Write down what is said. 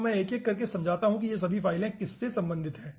तो मैं एक एक करके समझाता हूं कि ये सभी फाइलें किससे संबंधित हैं